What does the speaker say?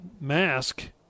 mask